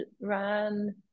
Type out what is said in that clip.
ran